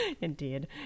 Indeed